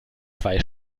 zwei